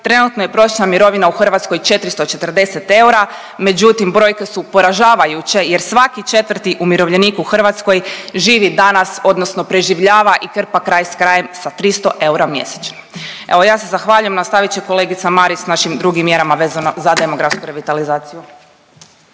trenutno je prosječna mirovina u Hrvatskoj 440 eura, međutim brojke su poražavajuće jer svaki četvrti umirovljenik u Hrvatskoj živi danas odnosno preživljava i krpa kraj s krajem sa 300 eura mjesečno. Evo ja se zahvaljujem, nastavit će kolegica Marić s našim drugim mjerama vezano za demografsku revitalizaciju.